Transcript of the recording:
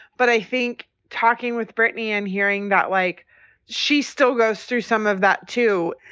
but i think talking with britney and hearing that like she still goes through some of that, too.